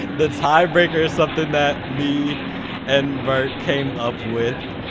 the tie breaker is something that me and merk came up with,